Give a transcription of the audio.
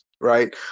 right